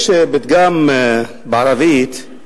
יש פתגם בערבית,